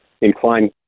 inclined